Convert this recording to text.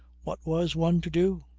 what was one to do,